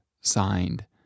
signed